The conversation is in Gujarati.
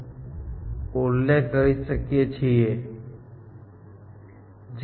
તે વર્ષોમાં મશીન અથવા કમ્પ્યુટર ખરીદવું એ કોઈ સરળ કાર્ય ન હતું જાણે કે હું એપલ મેકબુક અથવા એવું કંઈક